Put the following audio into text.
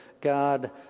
God